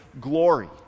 glory